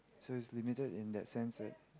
so is limited in that sense that